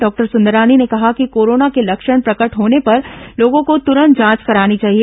doctor Sandrani ने कहा कि कोरोना के लक्षण प्रकट होने पर लोगो को तरंत जांच करानी चाहिए